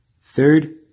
Third